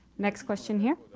next question here.